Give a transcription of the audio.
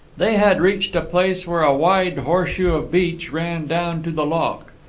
they had reached a place where a wide horseshoe of beach ran down to the loch.